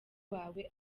wawe